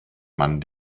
man